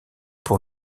pour